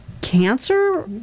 Cancer